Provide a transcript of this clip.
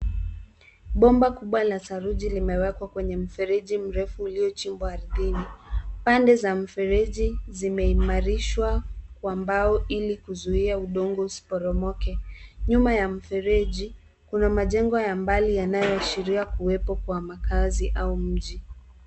Bomba kubwa la saruji limewekwa kwenye mfereji mrefu uliochimbwa ardhini. Pande za mfereji zimeimarishwa kwa mbao ili kuzuia udongo usiporomoke. Nyuma ya mfereji, kuna majengo ya mbali yanayoashiria kuwepo kwa makazi au mji.